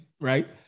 right